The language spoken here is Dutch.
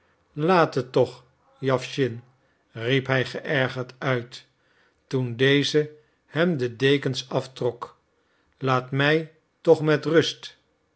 laat t toch jawschin riep hij geërgerd uit toen deze hem de dekens aftrok laat mij toch met rust